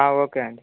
okay అండి